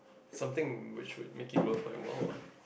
something which would make it worth like while lah